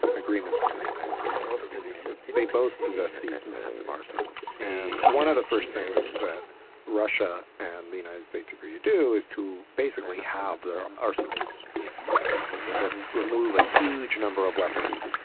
agreements between the united states and the soviet union, but they both possessed these massive arsenals. and one of the first things that russia and the united states agreed to do is to basically halve their arsenals instantly. they both remove a huge number of weapons,